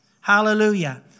Hallelujah